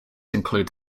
include